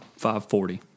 540